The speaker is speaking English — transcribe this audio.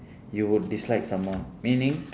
you would dislike someone meaning